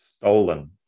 Stolen